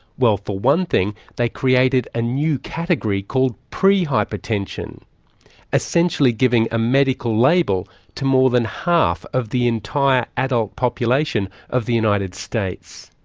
well for one thing they created a and new category called pre-hypertension essentially giving a medical label to more than half of the entire adult population of the united states.